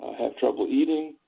have trouble eating,